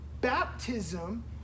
baptism